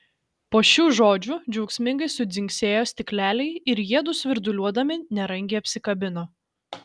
po šių žodžių džiaugsmingai sudzingsėjo stikleliai ir jiedu svirduliuodami nerangiai apsikabino